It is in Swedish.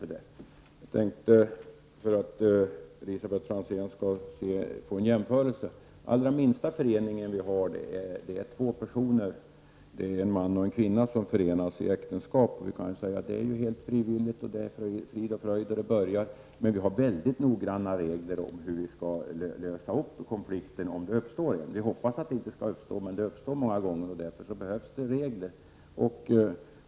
För att Elisabet Franzén skall få en jämförelse kan jag nämna den allra minsta föreningen, som vi också handlägger i lagutskottet, och det är när en man och en kvinna förenas i äktenskap. Det är helt frivilligt, och det är frid och fröjd i början, men det finns mycket noggranna regler för hur en konflikt skall lösas. Vi hoppas att den inte skall uppstå, men när den ändå gör det behövs det regler.